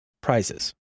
prizes